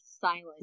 silent